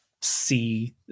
see